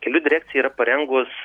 kelių direkcija yra parengus